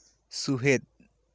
ᱥᱩᱦᱮᱫ